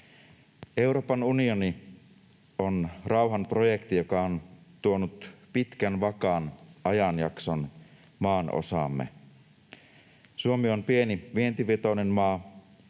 Euroopan unioni on rauhan projekti, joka on tuonut pitkän vakaan ajanjakson maanosaamme. Suomi on pieni, vientivetoinen maa,